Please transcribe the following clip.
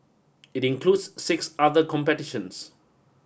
it includes six other competitions